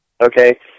okay